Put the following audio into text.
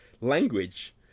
language